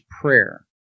prayer